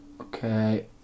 Okay